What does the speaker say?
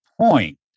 point